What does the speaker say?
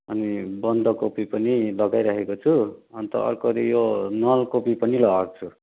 अनि बन्द कोपी पनि लगाइ राखेको छु अन्त अर्को यो नल कोपी पनि लगाएको छु